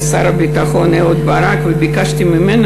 לשר הביטחון אהוד ברק וביקשתי ממנו,